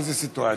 איזו סיטואציה?